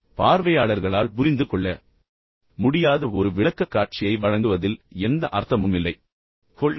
பார்வையாளர்களால் புரிந்து கொள்ள முடியாத ஒரு விளக்கக்காட்சியை வழங்குவதில் எந்த அர்த்தமும் இல்லை என்பதை நினைவில் கொள்ளுங்கள்